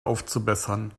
aufzubessern